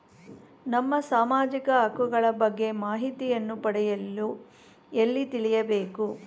ನಮ್ಮ ಸಾಮಾಜಿಕ ಹಕ್ಕುಗಳ ಬಗ್ಗೆ ಮಾಹಿತಿಯನ್ನು ಪಡೆಯಲು ಎಲ್ಲಿ ತಿಳಿಯಬೇಕು?